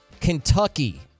Kentucky